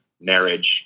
marriage